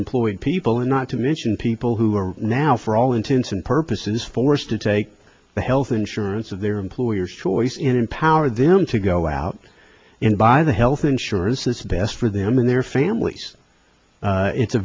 employed people and not to mention people who are now for all intents and purposes forced to take the health insurance of their employers choice in empower them to go out and buy the health insurance that's best for them and their families it's a